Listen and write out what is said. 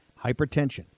Hypertension